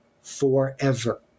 forever